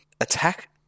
Attack